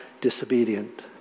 disobedient